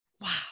Wow